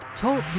Talk